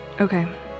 Okay